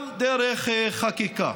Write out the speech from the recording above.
גם דרך חקיקה.